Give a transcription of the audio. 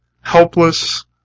helpless